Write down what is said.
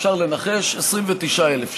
אפשר לנחש: 29,000 שקל.